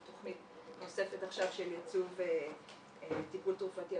תכנית נוספת עכשיו של ייצוב טיפול תרופתי.